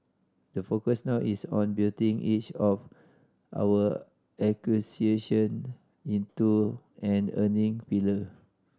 the focus now is on building each of our acquisition into an earning pillar